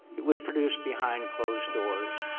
it was produced behind closed doors.